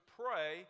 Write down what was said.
pray